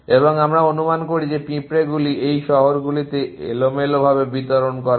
এবং আমরা অনুমান করি যে পিঁপড়াগুলি এই শহরগুলিতে এলোমেলোভাবে বিতরণ করা হয়